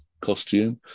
costume